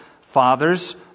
Fathers